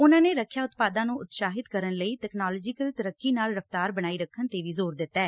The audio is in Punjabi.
ਉਨੂਾ ਨੇ ਰੱਖਿਆ ਉਤਪਾਦਾਂ ਨੂੰ ਉਤਸ਼ਾਹਿਤ ਕਰਨ ਲਈ ਤਕਨਾਲੋਜੀਕਲ ਤਰੱਕੀ ਨਾਲ ਰਫ਼ਤਾਰ ਬਣਾਈ ਰੱਖਣ ਤੇ ਵੀ ਜੋਰ ਦਿੱਤੈ